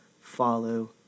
follow